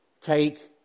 take